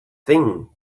thing